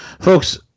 Folks